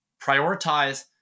Prioritize